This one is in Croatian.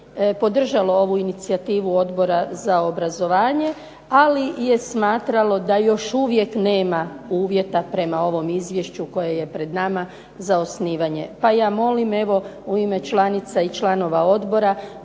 podržalo ovu inicijativu Odbora za obrazovanje, ali je smatralo da još uvijek nema uvjeta prema ovom izvješću koje je pred nama za osnivanje, pa ja molim evo u ime članica i članova odbora